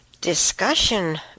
Discussion